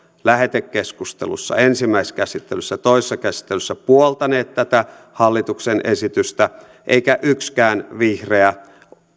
lähetekeskustelussa ensimmäisessä käsittelyssä ja toisessa käsittelyssä puoltaneet tätä hallituksen esitystä eikä yksikään vihreä